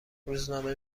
روزنامه